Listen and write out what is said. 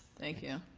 thank you.